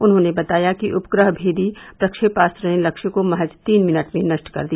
उन्होंने बताया कि उपग्रह भेदी प्रक्षेपास्त्र लक्ष्य को महज तीन मिनट में नष्ट कर दिया